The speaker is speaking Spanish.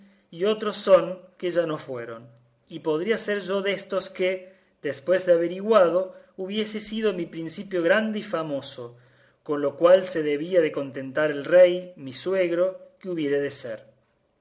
y otros son que ya no fueron y podría ser yo déstos que después de averiguado hubiese sido mi principio grande y famoso con lo cual se debía de contentar el rey mi suegro que hubiere de ser